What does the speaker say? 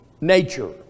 nature